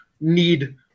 need